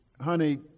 Honey